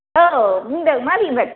औ बुंदों माबिमोन